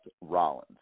Rollins